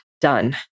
done